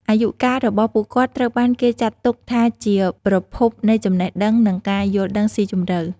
អាយុកាលរបស់ពួកគាត់ត្រូវបានគេចាត់ទុកថាជាប្រភពនៃចំណេះដឹង និងការយល់ដឹងស៊ីជម្រៅ។